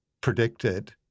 predicted